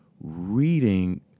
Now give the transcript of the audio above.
reading